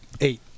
eight